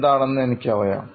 എനിക്കറിയാം